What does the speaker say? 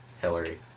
Hillary